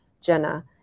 Jenna